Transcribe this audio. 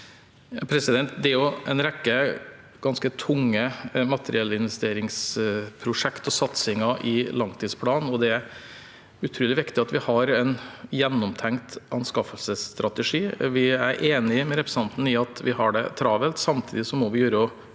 Det er en rekke ganske tunge materiellinvesteringsprosjekt og satsinger i langtidsplanen, og det er utrolig viktig at vi har en gjennomtenkt anskaffelsesstrategi. Jeg er enig med representanten i at vi har det travelt. Samtidig må vi gjøre